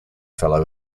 fellow